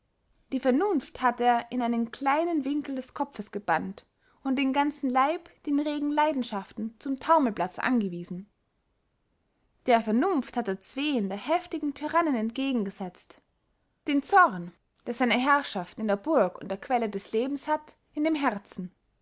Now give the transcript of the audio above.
die vernunft hat er in einen kleinen winkel des kopfes gebannt und den ganzen leib den regen leidenschaften zum taumelplatz angewiesen der vernunft hat er zween der heftigen tyrannen entgegen gesetzt den zorn der seine herrschaft in der burg und der quelle des lebens hat in dem herzen